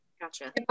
Gotcha